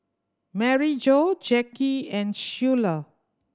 Maryjo Jacky and Schuyler